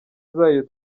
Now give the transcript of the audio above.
zayo